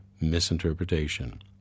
misinterpretation